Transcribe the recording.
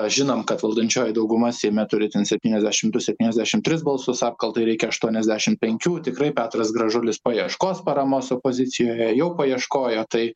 žinom kad valdančioji dauguma seime turi ten septyniasdešim du septyniasdešim tris balsus apkaltai reikia aštuoniasdešim penkių tikrai petras gražulis paieškos paramos opozicijoje jau paieškojo tai